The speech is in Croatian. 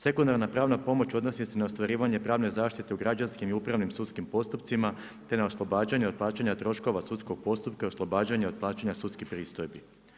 Sekundarna pravna pomoć odnosi se na ostvarivanje pravne zaštite u građanskim i upravnim sudskim postupcima, te na oslobađanje od plaćanja troškova sudskog postupka i oslobađanja od plaćanja sudskih pristojbi.